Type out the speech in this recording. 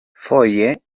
foje